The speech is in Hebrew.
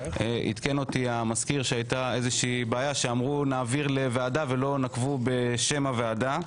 עדכן אותי המזכיר על כך שאמרו "נעביר לוועדה" אבל לא נקבו בשם הוועדה,